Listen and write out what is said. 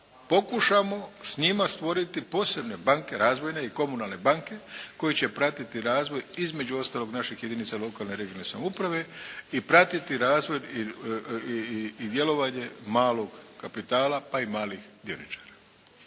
pokušamo s njima stvoriti posebne banke razvojne i komunalne banke koji će pratiti razvoj između ostalog naših jedinica lokalne i regionalne samouprave i pratiti razvoj i djelovanje malog kapitala pa i malih dioničara.